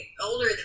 older